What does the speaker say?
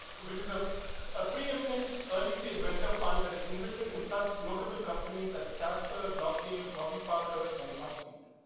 which is a ah preeminent early-stage venture fund that has invested in such notable companies as casper, glossier, warby parker and buzzfeed.